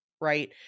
Right